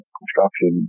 construction